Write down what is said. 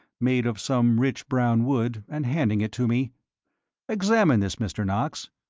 made of some rich brown wood, and, handing it to me examine this, mr. knox,